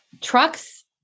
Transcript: trucks